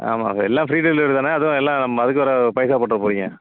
ஆமாங்க எல்லா free delivery தானே அதுவும் எல்லாம் அதுக்கு வேறு பைசா போட்டுற போகிறிங்க